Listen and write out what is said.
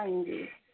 ਹਾਂਜੀ